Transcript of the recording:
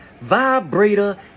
vibrator